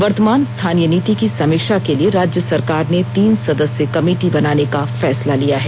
वर्तमान स्थानीय नीति की समीक्षा के लिए राज्य सरकार ने तीन सदस्य कमिटी बनाने का फैसला लिया है